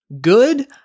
good